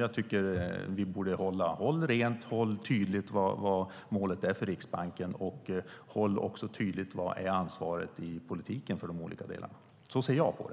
Jag tycker att vi borde hålla en linje där vi är tydliga med vad som är målet för Riksbanken och vad som är politikens ansvar. Så ser jag på det.